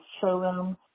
showroom